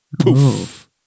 Poof